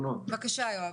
בבקשה.